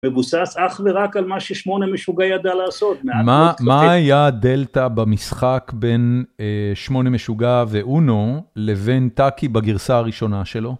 מבוסס אך ורק על מה ששמונה משוגע ידע לעשות. מה היה הדלתא במשחק בין שמונה משוגע ואונו, לבין טאקי בגרסה הראשונה שלו?